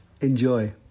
Enjoy